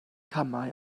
camau